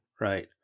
Right